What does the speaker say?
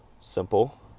simple